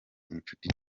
inshuti